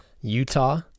Utah